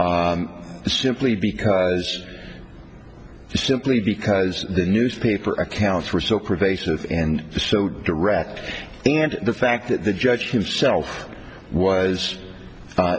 d simply because simply because the newspaper accounts were so pervasive and so direct and the fact that the judge himself was